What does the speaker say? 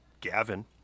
Gavin